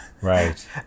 right